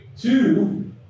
two